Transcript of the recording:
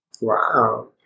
Wow